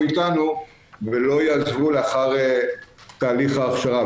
איתנו ולא יעזבו לאחר תהליך ההכשרה,